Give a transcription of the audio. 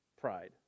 Pride